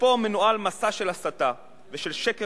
ופה מנוהל מסע מסודר של הסתה ושל שקר